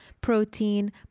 protein